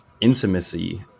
intimacy